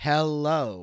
Hello